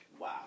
Wow